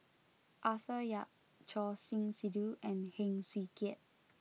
Arthur Yap Choor Singh Sidhu and Heng Swee Keat